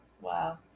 wow